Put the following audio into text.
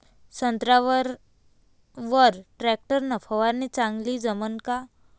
संत्र्यावर वर टॅक्टर न फवारनी चांगली जमन का?